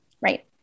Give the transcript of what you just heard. Right